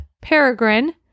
peregrine